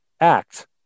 act